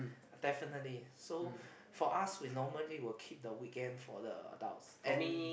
definitely so for us we normally will keep the weekend for the adults and